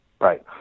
right